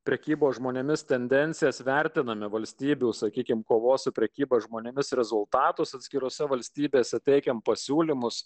prekybos žmonėmis tendencijas vertiname valstybių sakykime kovos su prekyba žmonėmis rezultatus atskirose valstybėse teikiame pasiūlymus